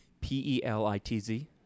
P-E-L-I-T-Z